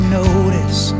notice